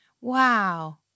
wow